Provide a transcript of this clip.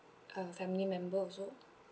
uh family member also